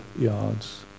yards